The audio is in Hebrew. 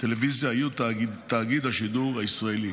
טלוויזיה יהיו תאגיד השידור הישראלי,